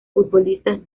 futbolistas